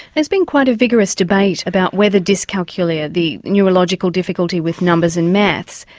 there's been quite a vigorous debate about whether dyscalculia, the neurological difficulty with numbers and maths,